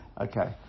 okay